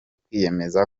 kwiyemeza